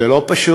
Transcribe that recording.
זה לא פשוט.